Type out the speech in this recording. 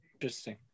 Interesting